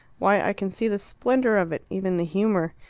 why, i can see the splendour of it even the humour.